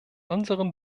unserem